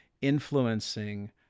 influencing